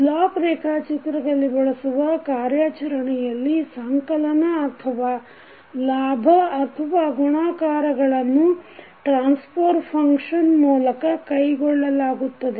block ರೇಖಾಚಿತ್ರದಲ್ಲಿ ಬಳಸುವ ಕಾರ್ಯಾಚರಣೆಯಲ್ಲಿ ಸಂಕಲನ ಅಥವಾ ಲಾಭ ಅಥವಾ ಗುಣಾಕಾರಗಳನ್ನು ಟ್ರಾನ್ಸಫರ್ ಫಂಕ್ಷನ್ ಮೂಲಕ ಕೈಗೊಳ್ಳಲಾಗುತ್ತದೆ